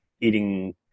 eating